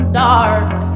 dark